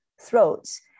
throats